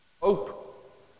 hope